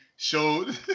Showed